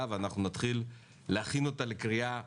ונתחיל להכין אותה לקריאה ראשונה.